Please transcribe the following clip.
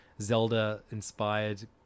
Zelda-inspired